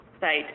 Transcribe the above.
site